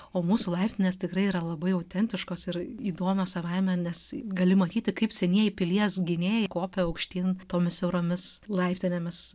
o mūsų laiptinės tikrai yra labai autentiškos ir įdomios savaime nes gali matyti kaip senieji pilies gynėjai kopia aukštyn tomis siauromis laiptinėmis